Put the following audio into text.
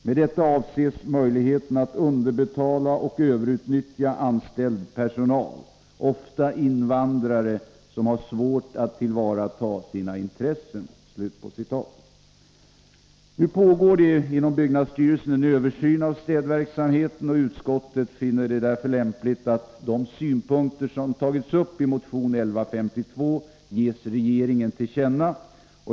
Med detta avses möjligheten att underbetala och överutnyttja anställd personal, ofta invandrare som har svårt att tillvarata sina intressen.” Inom byggnadsstyrelsen pågår en översyn av städverksamheten, och utskottet finner det därför lämpligt att de synpunkter som tagits upp i motion 1152 ges regeringen till känna.